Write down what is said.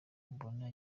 mubona